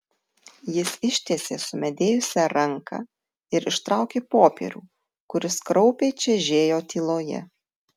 jis ištiesė sumedėjusią ranką ir ištraukė popierių kuris kraupiai čežėjo tyloje